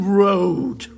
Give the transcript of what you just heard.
road